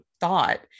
thought